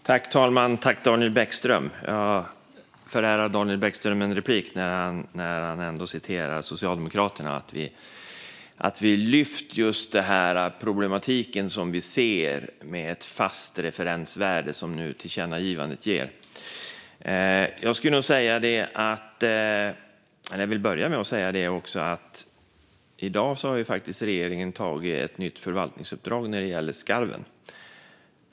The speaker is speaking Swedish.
Fru talman! Jag förärar Daniel Bäckström en replik när han ändå citerar Socialdemokraterna - att vi lyft just den problematik vi ser med ett fast referensvärde, som tillkännagivandet nu ger. Jag vill börja med att säga att regeringen i dag har fattat beslut om ett nytt förvaltningsuppdrag gällande skarven.